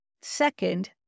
Second